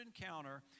encounter